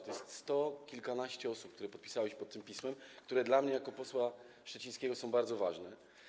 To jest sto kilkanaście osób, które podpisały się pod tym pismem i które dla mnie jako posła szczecińskiego są bardzo ważne.